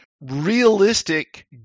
realistic